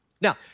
Now